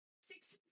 Six